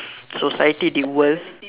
society the world